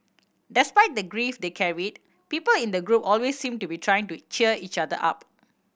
despite the grief they carried people in the group always seemed to be trying to cheer each other up